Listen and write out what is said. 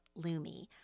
Lumi